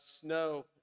snow